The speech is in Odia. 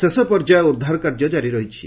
ଶେଷ ପର୍ଯ୍ୟାୟ ଉଦ୍ଧାର କାର୍ଯ୍ୟ ଜାରି ରହିଛି